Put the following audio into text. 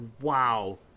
wow